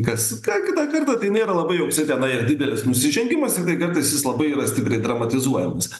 kas ką kita kartą tai nėra labai joksai tenai ir didelis nusižengimas tik tai kartais jis labai yra stipriai dramatizuojamas